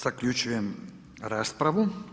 Zaključujem raspravu.